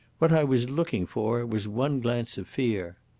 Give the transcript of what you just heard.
what i was looking for was one glance of fear.